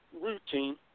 routine